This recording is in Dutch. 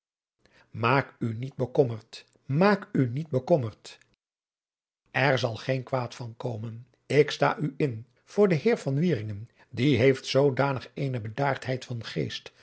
maak u niet bekommerd maak u niet bekommerde er zal geen kwaad van komen ik sta u in voor den heer van wieringen die heeft zoodanig eene bedaardheid van geest